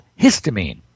histamine